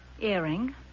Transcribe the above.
Earring